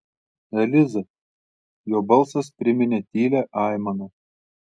eliza jo balsas priminė tylią aimaną